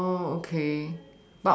oh okay